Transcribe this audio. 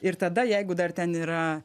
ir tada jeigu dar ten yra